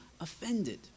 offended